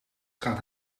straat